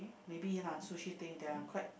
maybe ya lah Sushi Tei they are quite quite